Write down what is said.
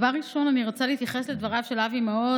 דבר ראשון, אני רוצה להתייחס לדבריו של אבי מעוז.